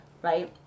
right